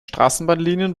straßenbahnlinien